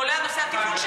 כולל נושא התפעול,